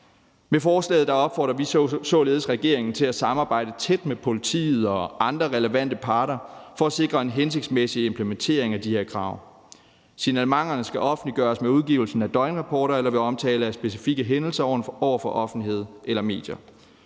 Med forslaget opfordrer vi således regeringen til at samarbejde tæt med politiet og andre relevante parter for at sikre en hensigtsmæssig implementering af de her krav. Signalementerne skal offentliggøres med udgivelsen af rapporterne eller ved omtale af specifikke hændelser over for offentligheden eller medier.